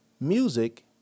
music